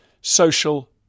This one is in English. social